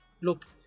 Look